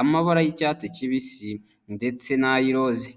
amabara y'icyatsi kibisi, ndetse n'ayiroza.